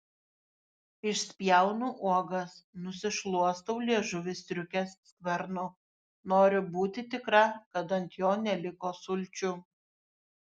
išspjaunu uogas nusišluostau liežuvį striukės skvernu noriu būti tikra kad ant jo neliko sulčių